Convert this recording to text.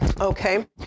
okay